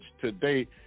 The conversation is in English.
today